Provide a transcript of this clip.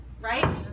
Right